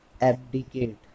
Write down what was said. Abdicate